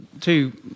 two